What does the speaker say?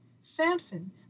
Samson